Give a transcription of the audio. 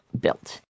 built